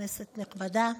כנסת נכבדה,